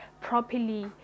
properly